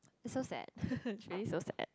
it's so sad it's really so sad